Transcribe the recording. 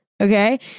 okay